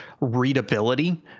readability